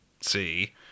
see